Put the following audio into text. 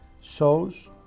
shows